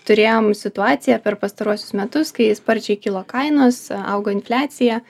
turėjom situaciją per pastaruosius metus kai sparčiai kilo kainos augo infliacija